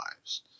lives